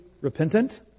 repentant